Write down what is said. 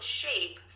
shape